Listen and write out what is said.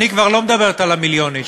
אני כבר לא מדברת על מיליון האיש,